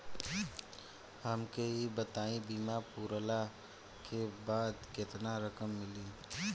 हमके ई बताईं बीमा पुरला के बाद केतना रकम मिली?